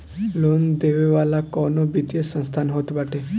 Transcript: loan देवे वाला कवनो वित्तीय संस्थान होत बाटे